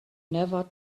never